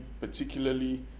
particularly